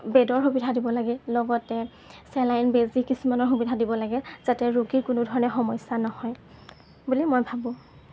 বেডৰ সুবিধা দিব লাগে লগতে চেলাইন বেজী কিছুমানৰ সুবিধা দিব লাগে যাতে ৰোগীৰ কোনো ধৰণৰ সমস্যা নহয় বুলি মই ভাবোঁ